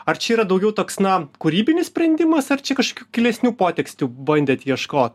ar čia yra daugiau toks na kūrybinis sprendimas ar čia kažkokių gilesnių potekstių bandėt ieškot